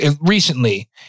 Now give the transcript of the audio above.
Recently